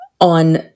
on